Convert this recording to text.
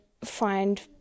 find